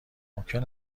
ممکن